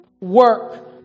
work